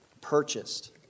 purchased